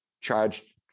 charged